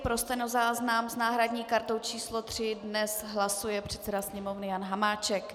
Pro stenozáznam s náhradní kartou číslo 3 dnes hlasuje předseda Sněmovny Jan Hamáček.